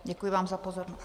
Děkuji vám za pozornost.